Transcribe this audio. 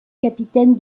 capitaine